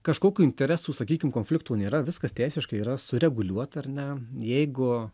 kažkokių interesų sakykim konfliktų nėra viskas teisiškai yra sureguliuota ar ne jeigu